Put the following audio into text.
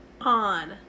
On